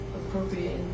appropriate